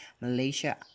Malaysia